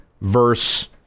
verse